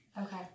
Okay